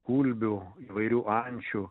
gulbių įvairių ančių